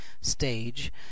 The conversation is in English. stage